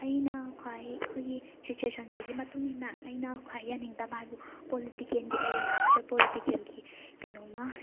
ꯑꯩꯅ ꯈ꯭ꯋꯥꯏ ꯑꯩꯈꯣꯏꯒꯤ ꯁꯤꯆꯨꯋꯦꯁꯟꯁꯤꯒꯤ ꯃꯇꯨꯡ ꯏꯟꯅ ꯑꯩꯅ ꯈ꯭ꯋꯥꯏ ꯌꯥꯅꯤꯡꯗꯕ ꯍꯥꯏꯕꯕꯨ ꯄꯣꯂꯤꯇꯤꯀꯦꯜꯒꯤ ꯑꯦꯔꯦꯅꯥꯁꯤꯗ ꯄꯣꯂꯤꯇꯤꯀꯦꯜꯒꯤ ꯀꯩꯅꯣꯝꯃ